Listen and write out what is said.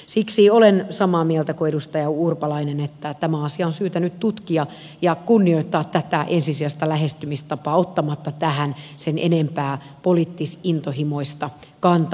siksi olen samaa mieltä kuin edustaja urpalainen että tämä asia on syytä nyt tutkia ja kunnioittaa tätä ensisijaista lähestymistapaa ottamatta tähän sen enempää poliittis intohimoista kantaa